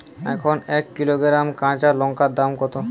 এখন এক কিলোগ্রাম কাঁচা লঙ্কার দাম কত?